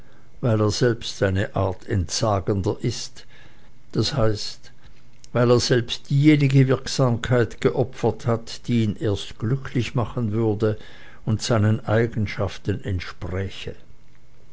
weil er selbst eine art entsagender ist das heißt weil er selbst diejenige wirksamkeit geopfert hat die ihn erst glücklich machen würde und seinen eigenschaften entspräche